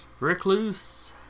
recluse